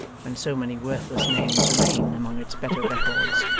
when so many worthless names remain among its better records,